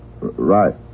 Right